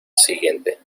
siguiente